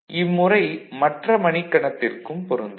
இம்முறை மற்ற மணிக்கணத்திற்கும் பொருந்தும்